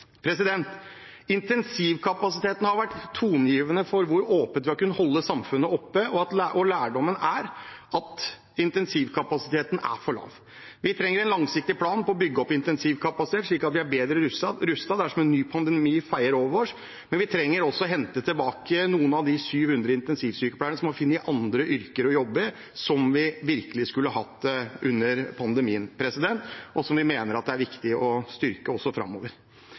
Intensivkapasiteten har vært toneangivende for hvor åpent vi har kunnet holde samfunnet. Lærdommen er at intensivkapasiteten er for lav. Vi trenger en langsiktig plan for å bygge opp intensivkapasiteten slik at vi er bedre rustet dersom en ny pandemi feier over oss. Vi trenger også å hente tilbake igjen noen av de 700 intensivsykepleierne som har funnet andre yrker å jobbe i, som vi virkelig skulle hatt under pandemien, og som vi mener det er viktig å styrke framover.